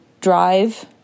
drive